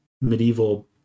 medieval